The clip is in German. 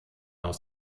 aus